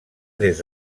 des